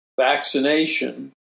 vaccination